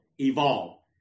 evolve